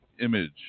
Image